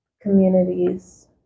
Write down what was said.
communities